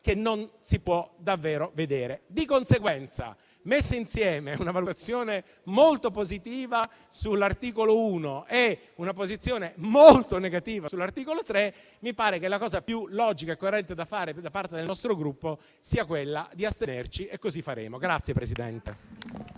che non si può davvero vedere. Di conseguenza, messe insieme una valutazione molto positiva sull'articolo 1 e una posizione molto negativa sull'articolo 3, mi sembra che la cosa più logica e coerente da fare, da parte del nostro Gruppo, sia quella di astenersi. E così faremo.